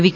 વી